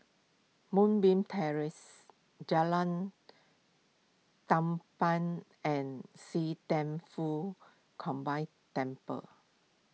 Moonbeam Terrace Jalan Tampang and See Thian Foh Combined Temple